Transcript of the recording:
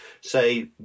say